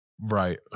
right